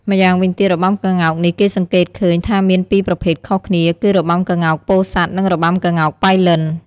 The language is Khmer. ម្យ៉ាងវិញទៀតរបាំក្ងោកនេះគេសង្កេតឃើញថាមានពីរប្រភេទខុសគ្នាគឺរបាំក្ងោកពោធិ៍សាត់ និងរបាំក្ងោកប៉ៃលិន។